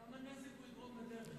כמה נזק הוא יגרום בדרך?